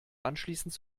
anschließend